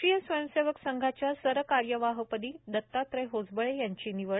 राष्ट्रीय स्वयंसेवक संघाच्या सरकार्यवाहपदी दतात्रेय होसबळे यांची निवड